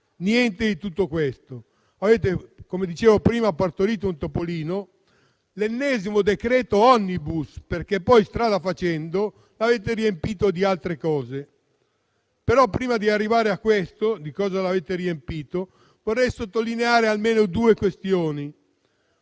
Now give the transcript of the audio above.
Niente di tutto questo: avete - come dicevo prima - partorito un topolino, l'ennesimo decreto *omnibus*, che poi strada facendo avete riempito di altre cose. Prima di arrivare a dire di cosa l'avete riempito, vorrei sottolineare almeno due questioni